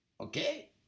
Okay